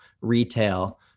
retail